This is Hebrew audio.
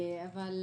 אבל,